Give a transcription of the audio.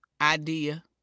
idea